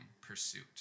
pursuit